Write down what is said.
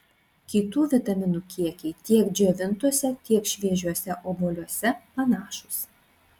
kitų vitaminų kiekiai tiek džiovintuose tiek šviežiuose obuoliuose panašūs